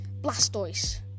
Blastoise